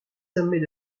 sommets